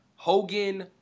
Hogan